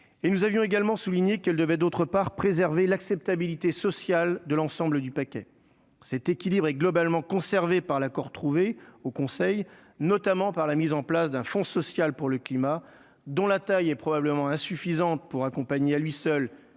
et nous avions également souligné qu'elle devait, d'autre part, préserver l'acceptabilité sociale de l'ensemble du paquet, cet équilibre est globalement conservées par l'accord trouvé au conseil, notamment par la mise en place d'un fonds social pour le climat, dont la taille est probablement insuffisante pour accompagner à lui seul